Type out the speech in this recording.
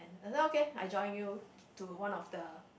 okay I join you to one of the